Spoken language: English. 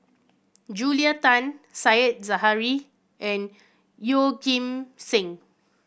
Julia Tan Said Zahari and Yeoh Ghim Seng